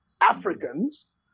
Africans